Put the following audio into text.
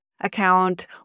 account